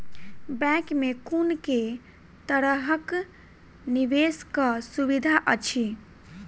Bank मे कुन केँ तरहक निवेश कऽ सुविधा अछि?